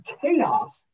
chaos